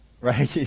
Right